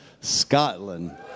Scotland